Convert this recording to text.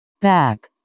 Back